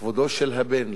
לכבודו של הבן,